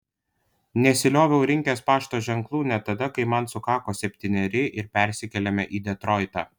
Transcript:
nesilioviau rinkęs pašto ženklų net tada kai man sukako septyneri ir persikėlėme į detroitą